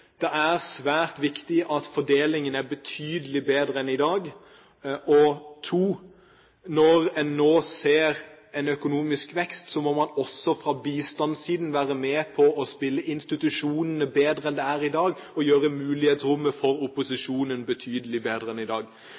det er svært viktig at fordelingen blir betydelig bedre enn i dag når en nå ser en økonomisk vekst, må man også fra bistandssiden være med og spille institusjonene bedre enn i dag, og gjøre mulighetsrommet for opposisjonen betydelig bedre enn i dag